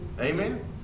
Amen